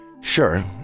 Sure